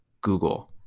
Google